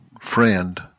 friend